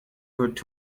good